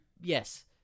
yes